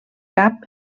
cap